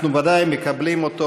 אנחנו ודאי מקבלים אותו